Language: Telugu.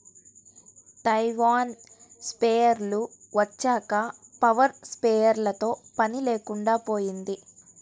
తైవాన్ స్ప్రేయర్లు వచ్చాక పవర్ స్ప్రేయర్లతో పని లేకుండా పోయింది